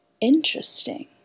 interesting